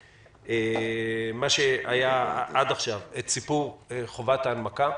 מה שהיה עד עכשיו, את סיפור חובת ההנמקה.